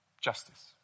justice